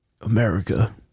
America